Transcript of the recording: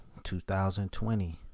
2020